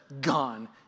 gone